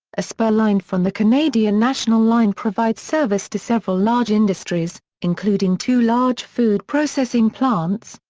a spur line from the canadian national line provides service to several large industries, including two large food processing plants,